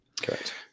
Correct